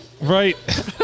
Right